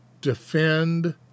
defend